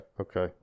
Okay